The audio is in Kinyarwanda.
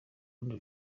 rundi